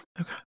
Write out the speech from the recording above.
Okay